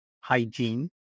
hygiene